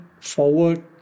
forward